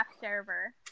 server